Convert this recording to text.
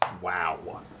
Wow